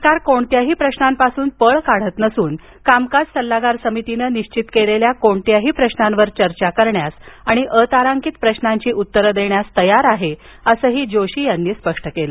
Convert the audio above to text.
सरकार कोणत्याही प्रशांपासून पळ काढत नसून कामकाज सल्लागार समितीनं निश्वित केलेल्या कोणत्याही प्रशांवर चर्चा करण्यास आणि अतारांकित प्रशांची उत्तरं देण्यास तयार आहे असंही जोशी यांनी स्पष्ट केलं